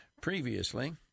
previously